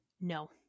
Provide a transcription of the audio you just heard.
no